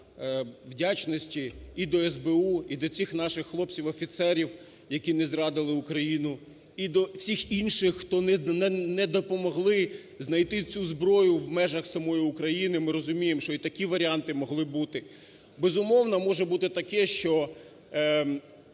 вдячності і до СБУ і до цих наших хлопців-офіцерів, які не зрадили Україну, і до всіх інших, хто не допомогли знайти цю зброю в межах самої України. Ми розуміємо, що і такі варіанти могли бути. Безумовно, може бути таке, що